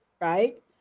right